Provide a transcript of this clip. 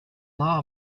law